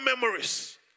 memories